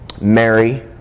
Mary